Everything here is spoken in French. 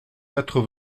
quatre